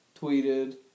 tweeted